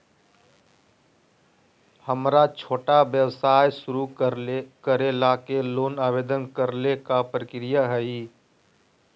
हमरा छोटा व्यवसाय शुरू करे ला के लोन के आवेदन करे ल का प्रक्रिया हई?